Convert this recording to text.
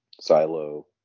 Silo